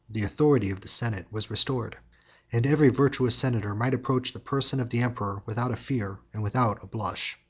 the authority of the senate was restored and every virtuous senator might approach the person of the emperor without a fear and without a blush.